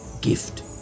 gift